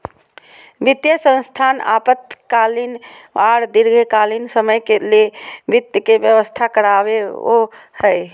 वित्तीय संस्थान अल्पकालीन आर दीर्घकालिन समय ले वित्त के व्यवस्था करवाबो हय